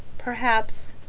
perhaps.